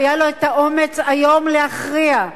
שהיה לו האומץ היום להכריע,